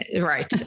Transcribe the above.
right